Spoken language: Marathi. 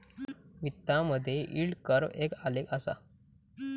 वित्तामधे यील्ड कर्व एक आलेख असा